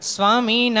Swami